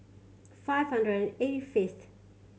five hundred eight fifth